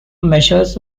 measures